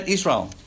Israel